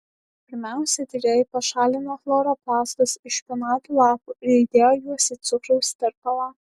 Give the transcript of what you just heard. pirmiausia tyrėjai pašalino chloroplastus iš špinatų lapų ir įdėjo juos į cukraus tirpalą